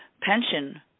pension